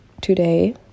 today